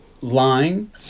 line